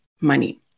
money